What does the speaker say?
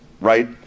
right